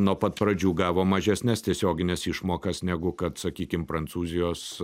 nuo pat pradžių gavo mažesnes tiesiogines išmokas negu kad sakykim prancūzijos